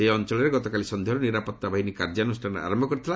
ସେହି ଅଞ୍ଚଳରେ ଗତକାଲି ସଂଧ୍ୟାରୁ ନିରାପତ୍ତାବାହିନୀ କାର୍ଯ୍ୟାନୁଷ୍ଠାନ ଆରମ୍ଭ କରିଥିଲା